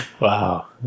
Wow